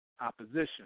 opposition